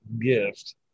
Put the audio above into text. gift